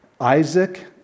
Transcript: Isaac